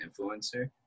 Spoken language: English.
influencer